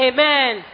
Amen